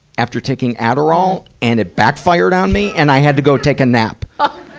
after taking adderall, and it backfired on me. and i had to go take a nap.